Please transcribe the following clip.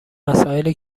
مسائلی